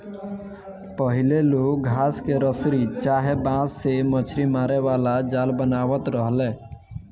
पहिले लोग घास के रसरी चाहे बांस से मछरी मारे वाला जाल बनावत रहले